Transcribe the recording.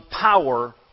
power